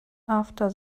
after